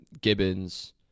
Gibbons